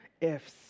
ifs